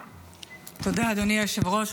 תודה, אדוני היושב-ראש.